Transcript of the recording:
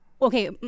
Okay